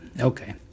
Okay